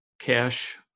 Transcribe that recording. Cash